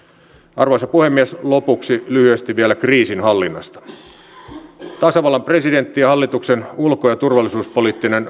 arvoisa puhemies lopuksi lyhyesti vielä kriisinhallinnasta tasavallan presidentti ja hallituksen ulko ja turvallisuuspoliittinen